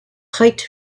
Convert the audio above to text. height